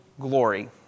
glory